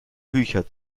bücher